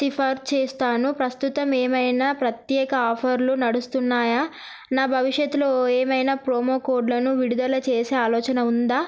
refer చేస్తాను ప్రస్తుతం ఏమైనా ప్రత్యేక ఆఫర్లు నడుస్తున్నాయా నా భవిష్యత్లో ఏమైనా ప్రోమో కోడ్లను విడుదల చేసే ఆలోచన ఉందా